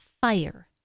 fire